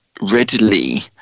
readily